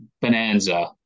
bonanza